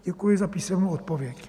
Děkuji za písemnou odpověď.